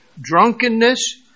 drunkenness